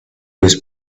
was